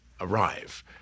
arrive